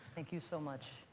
thank you so much.